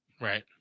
Right